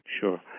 Sure